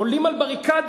עולים על בריקדות.